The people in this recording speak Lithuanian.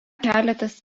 keletas